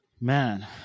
Man